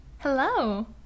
hello